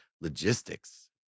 logistics